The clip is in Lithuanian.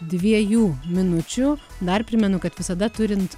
dviejų minučių dar primenu kad visada turint